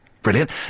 Brilliant